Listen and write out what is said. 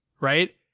right